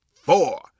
four